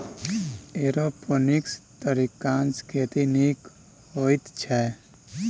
aeroponics तरीकासँ खेती नीक होइत छै